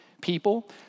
people